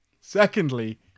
Secondly